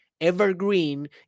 evergreen